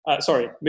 Sorry